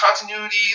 continuity